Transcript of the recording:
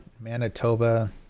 manitoba